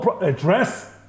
address